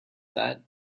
that